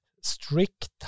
strict